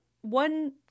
one –